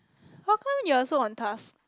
how come you also on task